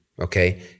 okay